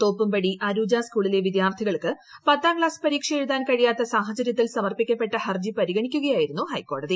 തോപ്പുംപടി അരൂജ സ്കൂളിലെ വിദ്യാർത്ഥികൾക്ക് പത്താംക്ലാസ് പരീക്ഷ എഴുതാൻ കഴിയാത്ത സാഹചര്യത്തിൽ സമർപ്പിക്കപ്പെട്ട ഹർജി പരിഗണിക്കുകയായിരുന്നു ഹൈക്കോടതി